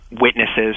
witnesses